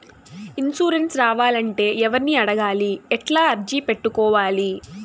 Insurance రావాలంటే ఎవర్ని అడగాలి? ఎట్లా అర్జీ పెట్టుకోవాలి?